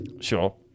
Sure